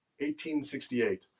1868